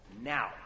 now